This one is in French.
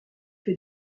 fait